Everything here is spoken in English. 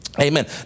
Amen